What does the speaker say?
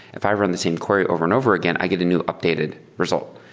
if i run the same query over and over again, i get a new updated result.